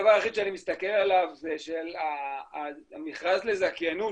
הדבר היחיד שאני מסתכל עליו זה שהמכרז לזכיינות,